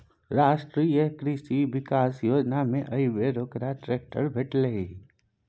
राष्ट्रीय कृषि विकास योजनामे एहिबेर ओकरा ट्रैक्टर भेटलै